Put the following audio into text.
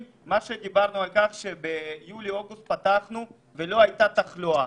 דיברנו על זה שביולי-אוגוסט פתחנו ולא הייתה תחלואה.